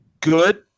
good